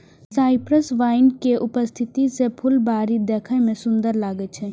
cypress vine के उपस्थिति सं फुलबाड़ी देखै मे सुंदर लागै छै